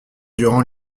durant